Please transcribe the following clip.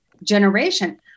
generation